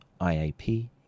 IAP